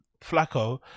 Flacco